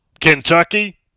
Kentucky